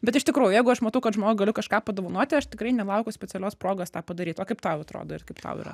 bet iš tikrųjų jeigu aš matau kad žmogui galiu kažką padovanoti aš tikrai nelaukiu specialios progos tą padaryt o kaip tau atrodo ir kaip tau yra